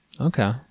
Okay